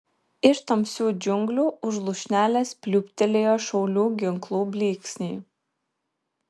iš tamsių džiunglių už lūšnelės pliūptelėjo šaulių ginklų blyksniai